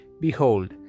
behold